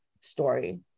story